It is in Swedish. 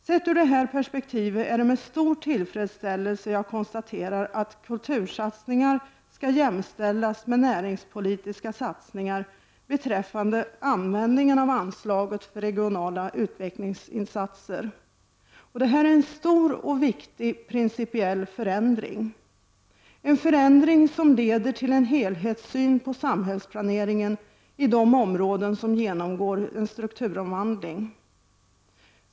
Sett ur det här perspektivet är det med stor tillfredsställelse jag konstaterar att kultursatsningar skall jämställas med näringspolitiska satsningar beträffande användningen av anslaget för regionala utvecklingsinsatser. Det är en stor och principiell förändring. Denna förändring leder till en helhetssyn på samhällsplaneringen i de områden som genomgår strukturomvandling.